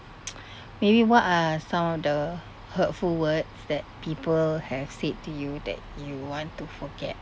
maybe what are some of the hurtful words that people have said to you that you want to forget